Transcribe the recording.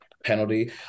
penalty